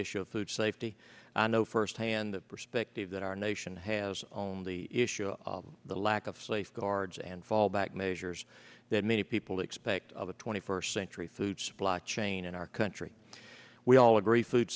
issue of food safety i know firsthand the perspective that our nation has on the issue of the lack of safeguards and fallback measures that many people expect of the twenty first century food supply chain in our country we all agree food